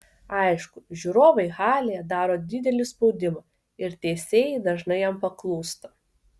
aišku žiūrovai halėje daro didelį spaudimą ir teisėjai dažnai jam paklūsta